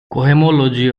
cohomology